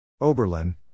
Oberlin